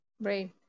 Right